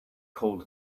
cold